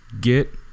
Get